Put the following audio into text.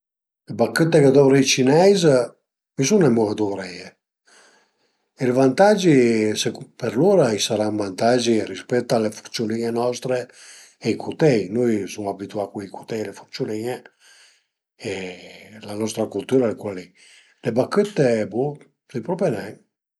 Ël vantagi secund per lur a i sarà ën vantagi rispet a le furciulin-e nostre e ai cutei, nui suma abituà cun i cutei e le furciulin-e e la nostra cultüra al e cula li, le bachëtte bo, sai propi nen